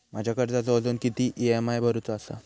माझ्या कर्जाचो अजून किती ई.एम.आय भरूचो असा?